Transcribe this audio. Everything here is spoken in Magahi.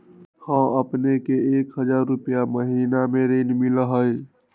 हां अपने के एक हजार रु महीने में ऋण मिलहई?